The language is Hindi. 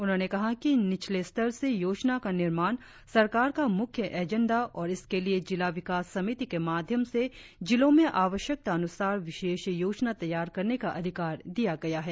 उन्होंने कहा कि निचले स्तर से योजना का निर्माण सरकार का मुख्य एजेंडा और इसके लिए जिला विकास समिति के माध्यम से जिलों आवश्यकता अनुसार विशेष योजना तैयार करने का अधिकार दिया गया है